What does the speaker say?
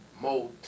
more